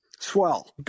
Swell